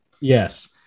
Yes